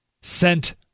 sent